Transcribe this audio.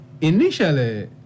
initially